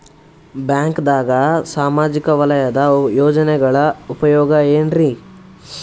ಬ್ಯಾಂಕ್ದಾಗ ಸಾಮಾಜಿಕ ವಲಯದ ಯೋಜನೆಗಳ ಉಪಯೋಗ ಏನ್ರೀ?